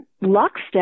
lockstep